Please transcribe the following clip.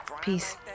Peace